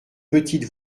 petite